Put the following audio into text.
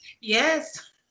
Yes